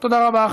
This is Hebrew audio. תודה רבה.